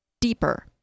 deeper